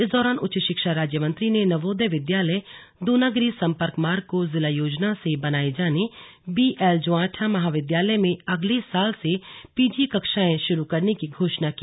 इस दौरान उच्च शिक्षा राज्य मंत्री ने नवोदय विद्यालय दूनागिरि सम्पर्क मार्ग को जिला योजना से बनाये जाने बीएल जुवांठा महाविद्यालय में अगले साल से पीजी कक्षाएं शुरू करने की घोषणा की